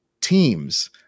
teams –